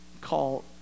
call